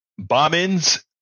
bombings